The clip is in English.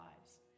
lives